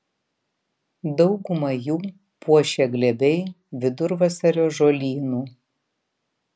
daugumą jų puošia glėbiai vidurvasario žolynų